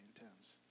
intense